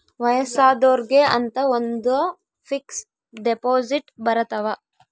ವಯಸ್ಸಾದೊರ್ಗೆ ಅಂತ ಒಂದ ಫಿಕ್ಸ್ ದೆಪೊಸಿಟ್ ಬರತವ